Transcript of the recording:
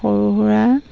সৰু সুৰা